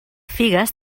figues